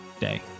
day